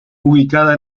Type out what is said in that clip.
ubicada